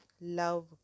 love